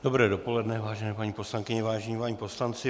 Dobré dopoledne, vážené paní poslankyně, vážení páni poslanci.